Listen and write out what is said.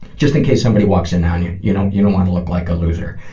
just in case somebody walks in on you, you know you don't want to look like a loser.